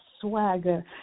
swagger